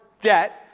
debt